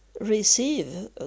receive